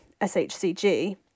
SHCG